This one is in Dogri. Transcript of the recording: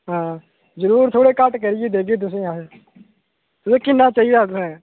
हां जरूर थोह्ड़ा घट्ट करियै देगे तुसें अस तुसें किन्ना चाहिदा तुसें